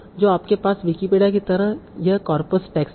तो आपके पास विकिपीडिया की तरह यह कॉर्पस टेक्स्ट है